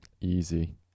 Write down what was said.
Easy